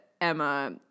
Emma